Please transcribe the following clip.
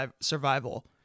survival